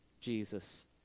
Jesus